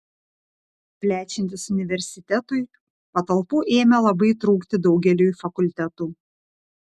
plečiantis universitetui patalpų ėmė labai trūkti daugeliui fakultetų